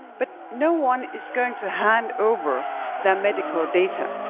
but no one is going to hand over their medical data